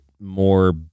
more